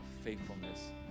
faithfulness